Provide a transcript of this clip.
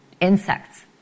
insects